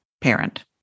parent